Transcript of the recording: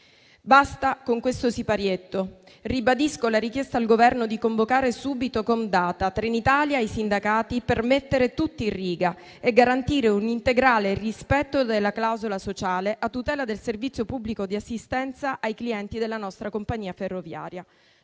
Basta con questo siparietto. Ribadisco la richiesta al Governo di convocare subito Comdata, Trenitalia e i sindacati per mettere tutti in riga e garantire un integrale rispetto della clausola sociale a tutela del servizio pubblico di assistenza ai clienti della nostra compagnia ferroviaria.